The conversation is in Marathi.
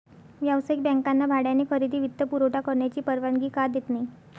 व्यावसायिक बँकांना भाड्याने खरेदी वित्तपुरवठा करण्याची परवानगी का देत नाही